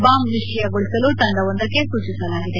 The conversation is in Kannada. ಬಾಂಬ್ ನಿಷ್ಕಿಯಗೊಳಿಸಲು ತಂಡವೊಂದಕ್ಕೆ ಸೂಚಿಸಲಾಗಿದೆ